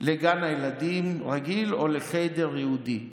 לגן ילדים רגיל או לחיידר יהודי.